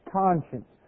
conscience